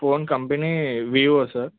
phone company Vivo sir